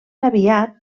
aviat